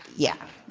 yeah.